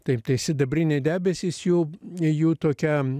taip tai sidabriniai debesys jų jų tokia